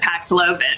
Paxlovid